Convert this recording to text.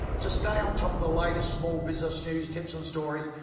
to stay on top of the latest small business news, tips and stories,